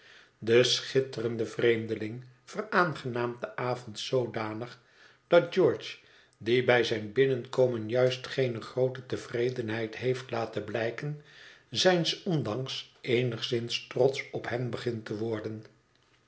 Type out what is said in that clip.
de schitterende vreemdeling veraangenaamt den avond zoodanig dat george die bij zijn binnenkomen juist geene groote tevredenheid heeft laten blijken zijns ondanks eenigszins trotsch op hem begint te worden